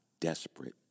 desperate